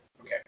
Okay